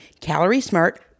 calorie-smart